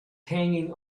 hanging